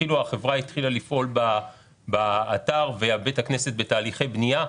החברה התחילה לפעול באתר ובית הכנסת בתהליכי בנייה.